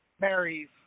Mary's